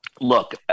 look